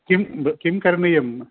किं ब् किं करणीयम्